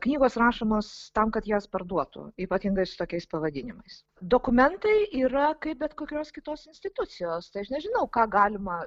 knygos rašomos tam kad jas parduotų ypatingai su tokiais pavadinimais dokumentai yra kaip bet kokios kitos institucijos tai aš nežinau ką galima